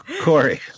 Corey